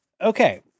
okay